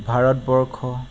Bharatvarsha